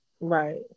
right